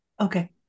Okay